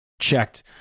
checked